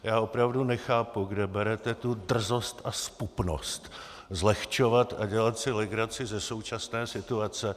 Já opravdu nechápu, kde berete tu drzost a zpupnost zlehčovat a dělat si legraci ze současné situace.